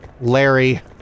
Larry